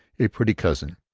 a pretty cousin,